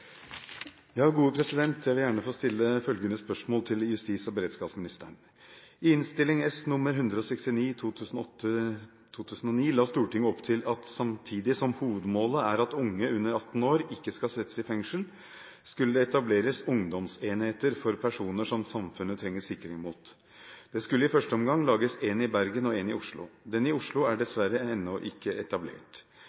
at samtidig som hovedmålet er at unge under 18 år ikke skal settes i fengsel, skulle det etableres ungdomsenheter for personer som samfunnet trenger sikring mot. Det skulle i første omgang lages én i Bergen og én i Oslo. Den i Oslo er